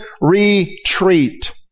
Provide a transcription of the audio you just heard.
retreat